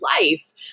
life